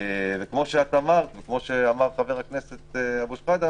כפי שאמרת, וכפי שאמר חבר הכנסת אבו שחאדה